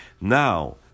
Now